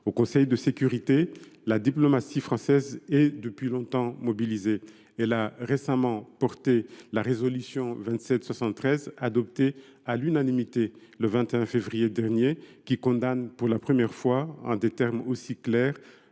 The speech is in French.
Au Conseil de sécurité de l’ONU, la diplomatie française est depuis longtemps mobilisée. Elle y a récemment défendu la résolution 2773, qui a été adoptée à l’unanimité le 21 février dernier. Celle ci condamne pour la première fois en des termes aussi clairs